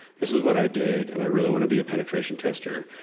this is what i did and i really wanna be a penetration tester.